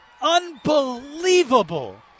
Unbelievable